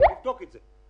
אנחנו נבדוק את זה.